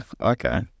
okay